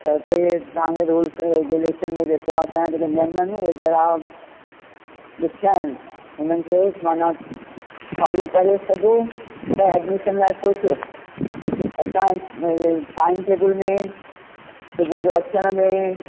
त उते तव्हांखे रुल्स रेग्यूलेशन जो जेको आहे असांजा जेके नियम आहिनि उहे थोरा ॾुखिया आहिनि उन्हनि खे माना फॉलो करे सघियो त एडमिशन जे लाइ सोचो असांजे टाईम टेबल में सुबुह जो अचण में